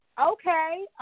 okay